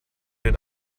den